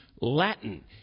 Latin